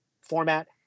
format